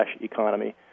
economy